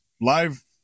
live